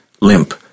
limp